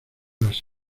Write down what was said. las